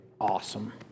Awesome